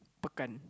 pekan